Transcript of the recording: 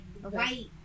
white